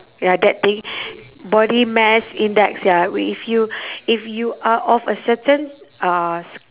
ya that thing body mass index ya if you if you are of a certain uh s~